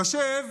יושב